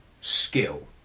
skill